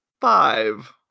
five